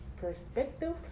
perspective